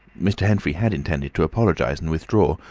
mr. henfrey had intended to apologise and withdraw,